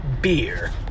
beer